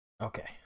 Okay